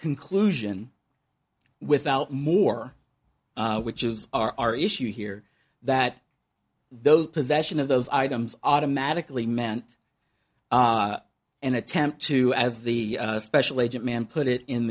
conclusion without more which is our issue here that those possession of those items automatically meant an attempt to as the special agent man put it in